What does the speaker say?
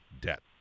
debt